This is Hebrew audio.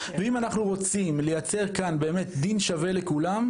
מירון --- אם הם באים לצימרים שלהם ולא